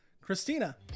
Christina